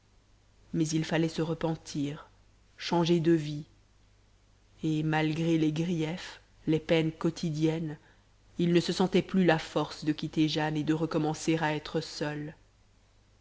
mais il fallait se repentir changer de vie et malgré les griefs les peines quotidiennes il ne se sentait plus la force de quitter jane et de recommencer à être seul